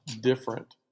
different